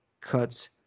cuts